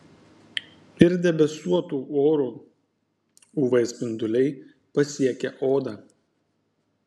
ir debesuotu oru uv spinduliai pasiekia odą